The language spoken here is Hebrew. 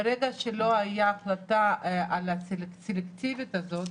ברגע שלא הייתה החלטה על הסלקטיביות הזאת.